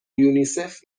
یونیسف